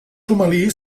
somali